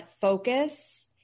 focus